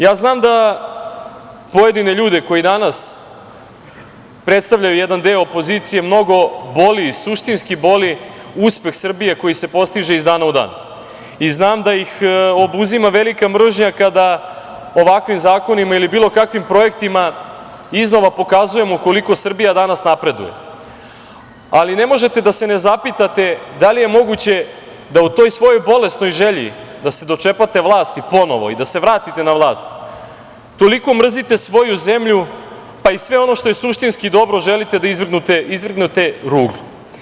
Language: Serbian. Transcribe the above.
Ja znam da pojedine ljude koji danas predstavljaju jedan deo opozicije mnogo boli i suštinski boli uspeh Srbije koji se postiže iz dana u dan i znam da ih obuzima velika mržnja kada o ovakvim zakonima ili bilo kakvim projektima iznova pokazujemo koliko Srbija danas napreduje, ali ne možete da se ne zapitate da li je moguće da u toj svojoj bolesnoj želji da se dočepate vlasti ponovo i da se vratite na vlast, toliko mrzite svoju zemlju, pa i sve ono što je suštinski dobro želite da izvrgnete ruglu.